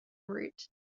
route